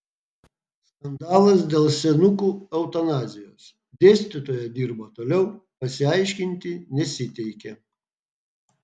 skandalas dėl senukų eutanazijos dėstytoja dirba toliau pasiaiškinti nesiteikia